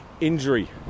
Injury